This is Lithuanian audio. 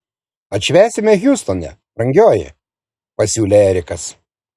atšvęsime hjustone brangioji pasiūlė erikas